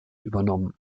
übernommen